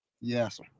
yes